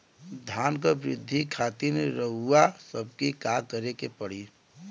धान क वृद्धि खातिर रउआ सबके का करे के पड़ी?